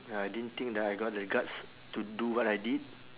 ya I didn't think that I got the guts to do what I did